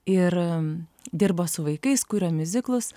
ir dirba su vaikais kuria miuziklus